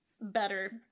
better